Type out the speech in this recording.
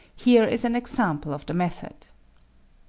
here is an example of the method